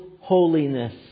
holiness